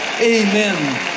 Amen